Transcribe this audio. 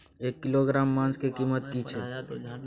एक किलोग्राम मांस के कीमत की छै?